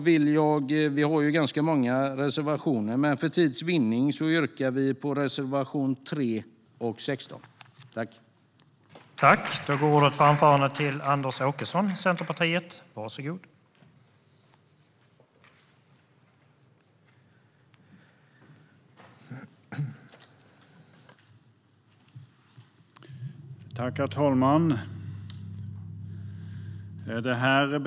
Vi har ganska många reservationer, men för tids vinnande yrkar jag bifall endast till reservationerna 3 och 16.